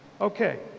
Okay